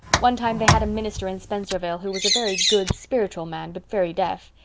one time they had a minister in spencervale who was a very good, spiritual man but very deaf.